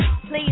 Please